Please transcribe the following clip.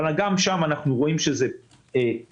אבל גם שם אנחנו רואים שזה התייצב.